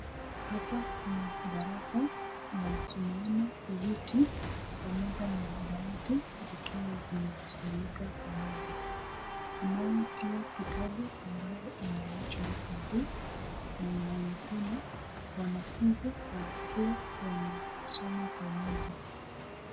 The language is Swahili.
Hapa ni darasa na tunaona viti pamoja na dawati zikiwa zimezanyika pamoja. Kunayo pia kitabu ambayo imeachwa hapo juu na inaonekana wanafunzi walikuwa wanasoma pamoja.